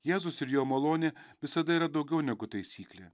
jėzus ir jo malonė visada yra daugiau negu taisyklė